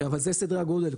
אבל זה סדרי הגודל,